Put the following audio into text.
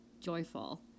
joyful